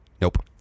Nope